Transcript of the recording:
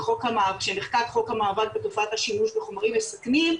כשנחקק חוק המאבק בתופעת השימוש בחומרים מסכנים,